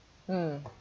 mm